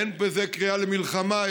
אין בזה קריאה למלחמה,